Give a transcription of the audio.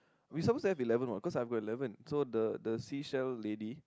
we summer say eleven or cause I eleven so the the seashell lady